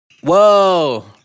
Whoa